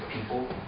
people